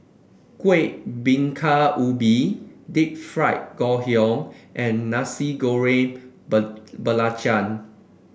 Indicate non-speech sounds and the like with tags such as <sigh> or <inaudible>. Kueh Bingka Ubi Deep Fried Ngoh Hiang and Nasi Goreng <unintelligible> Belacan